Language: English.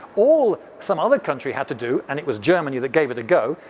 all some other country had to do, and it was germany that gave it a go,